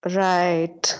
right